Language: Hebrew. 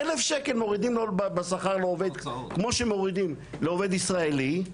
1,000 שקלים מורידים בשכר לעובד כמוש מורידים לעובד ישראלי,